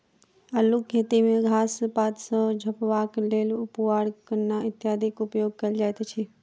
अल्लूक खेती मे घास पात सॅ झपबाक लेल पुआर, कन्ना इत्यादिक उपयोग कयल जाइत अछि